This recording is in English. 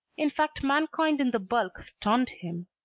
in fact mankind in the bulk stunned him.